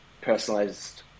personalized